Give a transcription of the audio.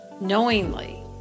knowingly